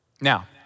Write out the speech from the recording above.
Now